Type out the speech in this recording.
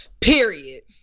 Period